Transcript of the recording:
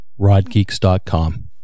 RodGeeks.com